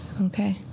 okay